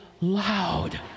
loud